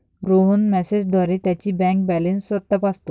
रोहन मेसेजद्वारे त्याची bank balance तपासतो